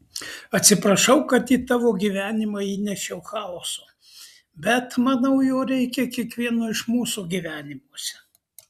atsiprašau kad į tavo gyvenimą įnešiau chaoso bet manau jo reikia kiekvieno iš mūsų gyvenimuose